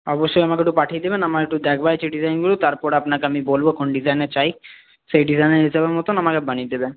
অবশ্যই আমাকে একটু পাঠিয়ে দেবেন আমার একটু দেখবার আছে ডিজাইনগুলো তারপর আপনাকে আমি বলবো কোন ডিজাইনে চাই সেই ডিজাইনের হিসাবের মতন আমাকে বানিয়ে দেবেন